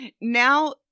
now